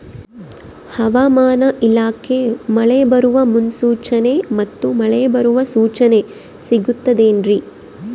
ಹವಮಾನ ಇಲಾಖೆ ಮಳೆ ಬರುವ ಮುನ್ಸೂಚನೆ ಮತ್ತು ಮಳೆ ಬರುವ ಸೂಚನೆ ಸಿಗುತ್ತದೆ ಏನ್ರಿ?